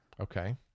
Okay